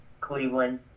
Cleveland